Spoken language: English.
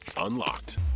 unlocked